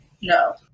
no